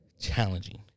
challenging